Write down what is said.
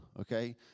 okay